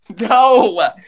No